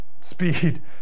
speed